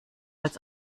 als